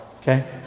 okay